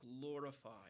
glorified